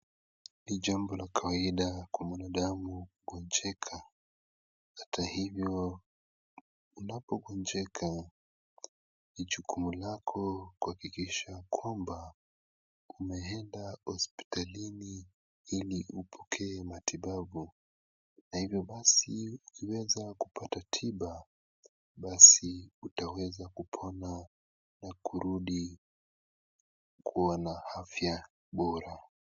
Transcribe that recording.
Ni jambo la kawaida kwa mwanadamu kucheka, hata hivyo, unapogonjeka ni jukumu lako kuhakikisha kwamba umeenda hospitalini ili upokee matibabu na hivyo basi ukiweza kupata tiba basi utaweza kupona na kurudi kuwa na afya bora.